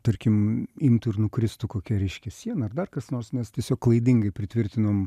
tarkim imtų ir nukristų kokia reiškia siena ar dar kas nors nes tiesiog klaidingai pritvirtinom